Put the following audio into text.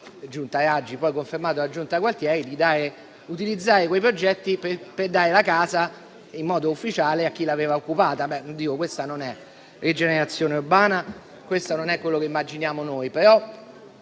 Giunta Raggi, scelta poi confermata dalla Giunta Gualtieri, di utilizzare quei progetti per dare la casa in modo ufficiale a chi l'aveva occupata. Questa non è rigenerazione urbana, questo non è quello che immaginiamo noi.